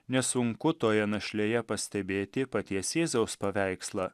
nesunku toje našlėje pastebėti paties jėzaus paveikslą